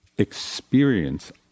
experience